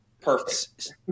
perfect